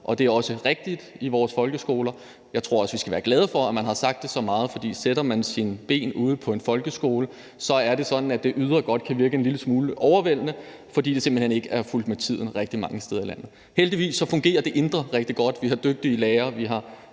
og det er også rigtigt for vores folkeskoler. Jeg tror, vi skal være glade for, at man har sagt det så meget, for sætter man sine ben ude på en folkeskole, er det sådan, at det ydre godt kan virke en lille smule overvældende, fordi det rigtig mange steder i landet simpelt hen ikke er fulgt med tiden. Heldigvis fungerer det indre rigtig godt. Vi har dygtige lærere, og vi har